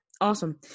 Awesome